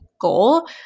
goal